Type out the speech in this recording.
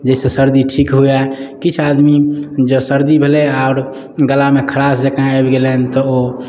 जाहिसँ सर्दी ठीक हुए किछु आदमी जँ सर्दी भेलै आओर गलामे खरास जकाँ आबि गेलनि तऽ ओ